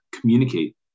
communicate